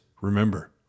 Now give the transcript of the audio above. remember